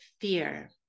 fear